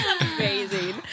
Amazing